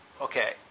Okay